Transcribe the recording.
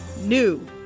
NEW